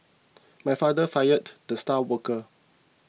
my father fired the star worker